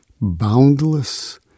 boundless